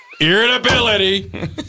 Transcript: Irritability